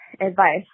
advice